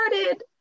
started